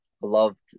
loved